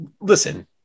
listen